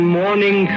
morning